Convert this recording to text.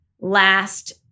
last